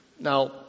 Now